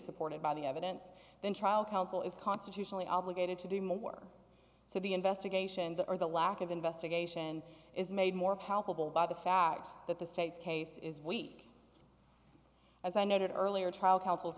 supported by the evidence then trial counsel is constitutionally obligated to do more so the investigation or the lack of investigation is made more palpable by the fact that the state's case is weak as i noted earlier trial coun